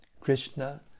Krishna